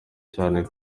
cyane